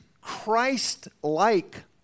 Christ-like